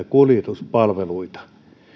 kuljetuspalveluita